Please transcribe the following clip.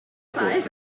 quarters